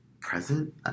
present